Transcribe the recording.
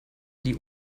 die